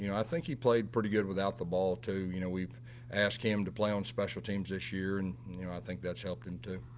you know i think he played pretty good without the ball, too. you know, we've asked him to play on special teams this year. and i think that's helped him too.